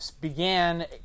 began